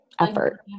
Effort